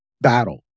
battle